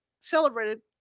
celebrated